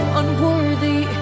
unworthy